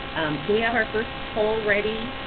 do we have our first poll ready?